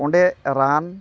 ᱚᱸᱰᱮ ᱨᱟᱱ